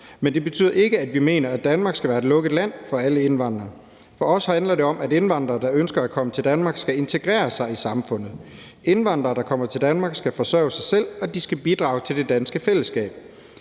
Men det betyder ikke, at vi mener, at Danmark skal være et lukket land for alle indvandrere. For os handler det om, at indvandrere, der ønsker at komme til Danmark, skal integrere sig i samfundet. Indvandrere, der kommer til Danmark, skal forsørge sig selv, og de skal bidrage til det danske fællesskab.